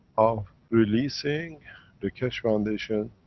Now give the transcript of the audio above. of releasing the keshe foundation,